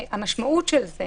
המשמעות של זה